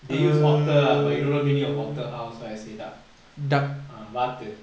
they used otter ah but you don't know the meaning of otter how so I say duck ah vathu